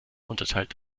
unterteilt